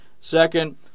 Second